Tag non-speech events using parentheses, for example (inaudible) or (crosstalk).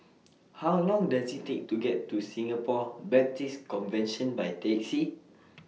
(noise) How Long Does IT Take to get to Singapore Baptist Convention By Taxi (noise)